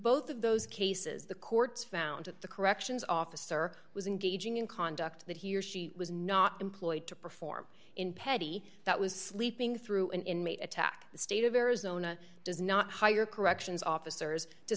both of those cases the courts found that the corrections officer was engaging in conduct that he or she was not employed to perform in pedi that was sleeping through an inmate attack the state of arizona does not hire corrections officers to